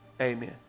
Amen